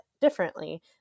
differently